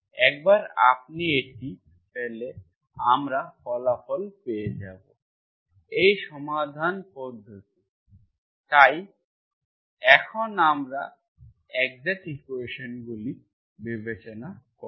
একবার আপনি এটি পেলে আমরা ফলাফল পেয়ে যাব এই সমাধান পদ্ধতি তাই এখন আমরা এক্সাক্ট ইকুয়েশন্সগুলি বিবেচনা করব